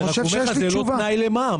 הוא רק אומר לך שזה לא תנאי למע"מ.